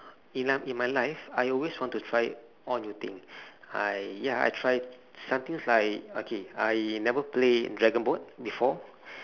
in life in my life I always want to try all the thing I ya I try some things like okay I never play dragonboat before